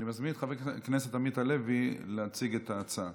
אני מזמין את חבר הכנסת עמית הלוי להציג את ההצעה.